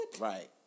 right